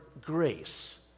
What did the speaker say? grace